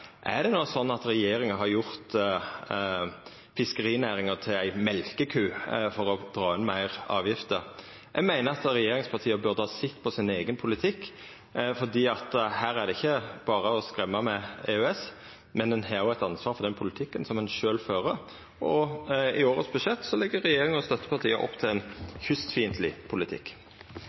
det no er sånn at regjeringa har gjort fiskerinæringa til ei mjølkeku for å dra inn meir avgifter. Eg meiner at regjeringspartia burde ha sett på sin eigen politikk, for her er det ikkje berre å skremma med EØS, ein har eit ansvar for den politikken som ein sjølv fører, og i årets budsjett legg regjeringa og støttepartia opp til ein kystfiendtleg politikk.